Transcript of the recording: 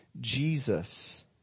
Jesus